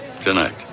Tonight